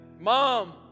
Mom